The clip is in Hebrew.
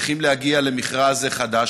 צריכים להגיע למכרז חדש,